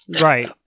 Right